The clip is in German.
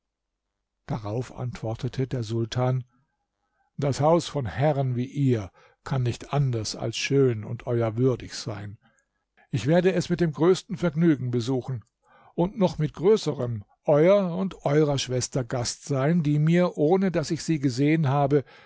darauf antwortete der sultan das haus von herren wie ihr kann nicht anders als schön und euer würdig sein ich werde es mit großem vergnügen besuchen und noch mit größerem eurer und eurer schwester gast sein die mir ohne daß ich sie gesehen habe